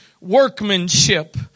workmanship